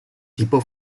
tipo